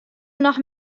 noch